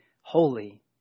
holy